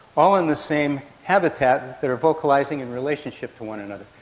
all in the same habitat that are vocalising in relationship to one another.